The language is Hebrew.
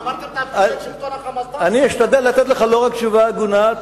ואמרתם תפילו את שלטון ה"חמאס" אני אשתדל לתת לך לא רק תשובה הגונה,